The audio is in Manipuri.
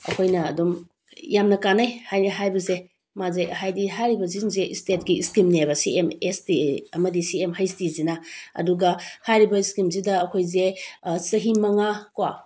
ꯑꯩꯈꯣꯏꯅ ꯑꯗꯨꯝ ꯌꯥꯝꯅ ꯀꯥꯟꯅꯩ ꯍꯥꯕꯦꯁꯦ ꯃꯥꯁꯦ ꯍꯥꯏꯗꯤ ꯍꯥꯏꯔꯤꯕꯁꯦꯡꯁꯦ ꯏꯁꯇꯦꯠꯀꯤ ꯏꯁꯀꯤꯝꯅꯦꯕ ꯁꯤ ꯑꯦꯝ ꯑꯦꯁ ꯇꯤ ꯑꯃꯗꯤ ꯁꯤ ꯑꯦꯝ ꯍꯩꯁ ꯇꯤ ꯁꯤꯅ ꯑꯗꯨꯒ ꯍꯥꯏꯔꯤꯕ ꯏꯁꯀꯤꯝꯁꯤꯗ ꯑꯩꯈꯣꯏꯁꯦ ꯆꯍꯤ ꯃꯉꯥ ꯀꯣ